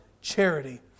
charity